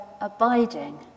abiding